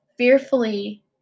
Fearfully